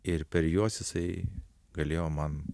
ir per juos jisai galėjo man